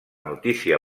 notícia